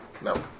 No